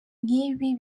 nk’ibi